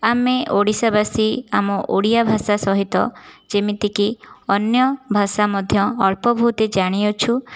ଆମେ ଓଡ଼ିଶାବାସୀ ଆମ ଓଡ଼ିଆ ଭାଷା ସହିତ ଯେମିତିକି ଅନ୍ୟ ଭାଷା ମଧ୍ୟ ଅଳ୍ପ ବହୁତେ ଜାଣିଅଛୁ